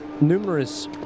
numerous